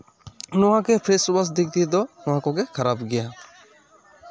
ᱱᱚᱣᱟᱜᱮ ᱯᱷᱮᱹᱥ ᱚᱣᱟᱥ ᱫᱤᱠ ᱫᱤᱭᱮ ᱫᱚ ᱱᱚᱣᱟ ᱠᱚᱜᱮ ᱠᱷᱟᱨᱟᱯ ᱜᱮᱭᱟ